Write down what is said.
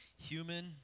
human